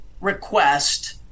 request